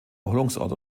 erholungsort